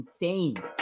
insane